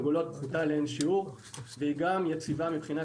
בפועל מה שמובא אלה תקנות שמפוררות את התכנון במתכונת